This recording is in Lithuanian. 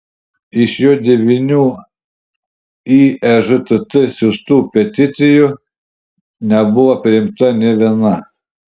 iš jo devynių į ežtt siųstų peticijų nebuvo priimta nė viena